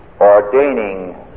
ordaining